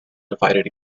divided